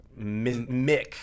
mick